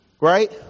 Right